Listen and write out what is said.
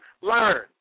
learn